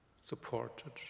supported